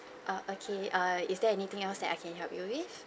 err okay err is there anything else that I can help you with